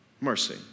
mercy